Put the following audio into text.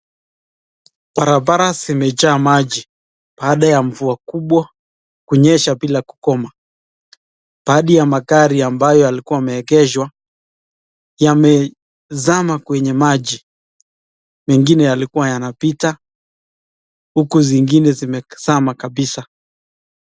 Barabara zimejaa maji, baada ya mvua kubwa kunyesha bila kukoma. Baadhi ya magari ambayo yalikuwa yameegeshwa, yamezama kwenye maji. Mengine yalikuwa yanapita, huku zingine zimezama kabisa.